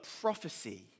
prophecy